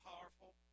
powerful